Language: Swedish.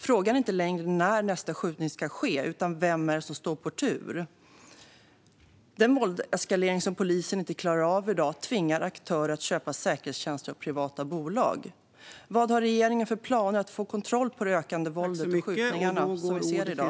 Frågan är inte längre när nästa skjutning ska ske utan vem det är som står på tur. Den våldseskalering som polisen i dag inte klarar av att hantera tvingar aktörer att köpa säkerhetstjänster av privata bolag. Vad har regeringen för planer för att få kontroll på det ökande våldet och de skjutningar vi ser i dag?